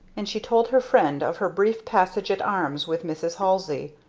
and she told her friend of her brief passage at arms with mrs halsey.